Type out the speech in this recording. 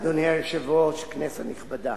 אדוני היושב-ראש, כנסת נכבדה,